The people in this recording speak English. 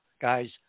guys